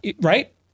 Right